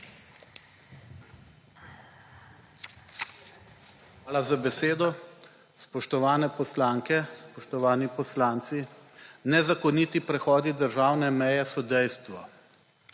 Hvala za besedo. Spoštovane poslanke, spoštovani poslanci. Nezakoniti prehodi državne meje so dejstvo.